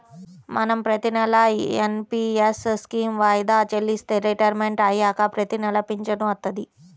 మనం ప్రతినెలా NPS scheme వాయిదా చెల్లిస్తే రిటైర్మంట్ అయ్యాక ప్రతినెలా పింఛను వత్తది